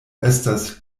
estas